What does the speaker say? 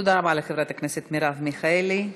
תודה רבה לחברת הכנסת מרב מיכאלי.